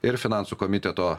ir finansų komiteto